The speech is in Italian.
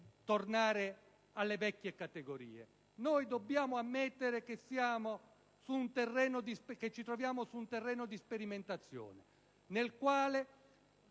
tornare alle vecchie categorie. Dobbiamo ammettere che ci troviamo su un terrenodi sperimentazione nel quale